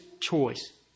choice